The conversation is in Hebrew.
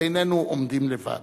איננו עומדים לבד,